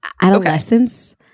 Adolescence